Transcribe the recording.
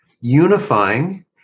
unifying